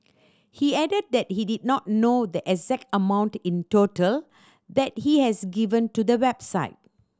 he added that he did not know the exact amount in total that he has given to the website